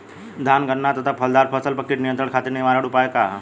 धान गन्ना तथा फलदार फसल पर कीट नियंत्रण खातीर निवारण उपाय का ह?